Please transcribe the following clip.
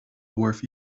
worth